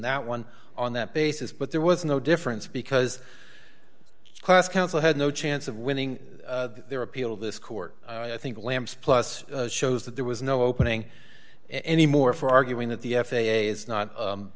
that one on that basis but there was no difference because class council had no chance of winning their appeal this court i think lam's plus shows that there was no opening any more for arguing that the f a a is not